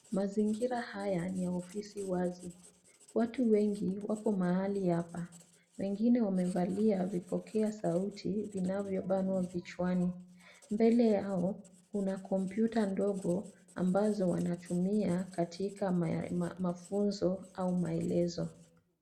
Mazingira haya ni ya ofisi wazi. Watu wengi wako mahali hapa. Wengine wamevalia vipokea sauti vinavyobanwa vichwani. Mbele yao kuna kompyuta ndogo ambazo watumia katika mafunzo au maelezo.